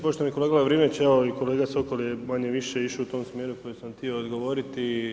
Poštovani kolega Lovrinović, evo i kolega Sokol je manje-više išao u tom smjeru u kojem sam htio odgovoriti.